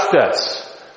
justice